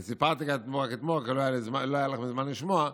אני סיפרתי כאן אתמול, לא היה לכם זמן לשמוע,